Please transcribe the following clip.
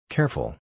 Careful